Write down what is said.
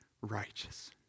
righteous